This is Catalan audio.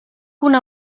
una